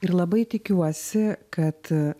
ir labai tikiuosi kad